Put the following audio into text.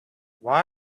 why